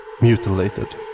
Mutilated